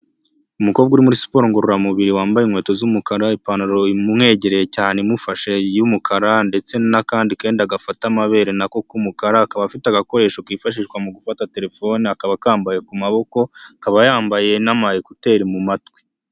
Umukobwa uri muri siporo ngororamubiri wambaye inkweto z'umukara, ipantaro imwegereye cyane imufashe y'umukara, ndetse n'akandi Kenda gafata amabere na ko k'umukara, akaba afite agakoresho kifashishwa mu gufata telefone akaba akambaye ku maboko, akaba yambaye ekuteri ( ecouteur) mu matwi.